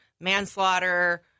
manslaughter